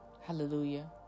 Hallelujah